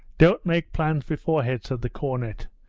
don't make plans beforehand said the cornet.